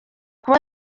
kuba